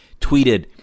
Tweeted